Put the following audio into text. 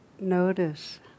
notice